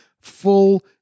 full